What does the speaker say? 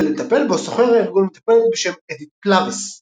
כדי לטפל בו שוכר הארגון מטפלת בשם אדית פלווס.